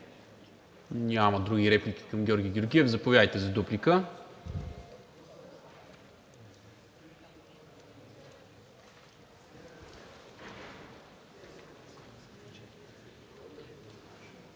Няма други реплики към Георги Георгиев. Заповядайте за дуплика.